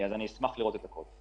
אני אשמח לראות את הכל.